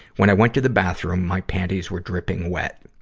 when i went to the bathroom, my panties were dripping wet.